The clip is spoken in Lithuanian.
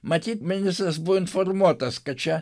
matyt ministras buvo informuotas kad čia